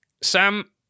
Sam